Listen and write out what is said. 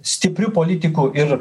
stipriu politiku ir